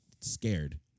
scared